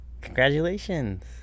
Congratulations